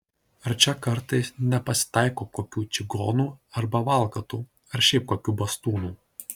ar čia kartais nepasitaiko kokių čigonų arba valkatų ar šiaip kokių bastūnų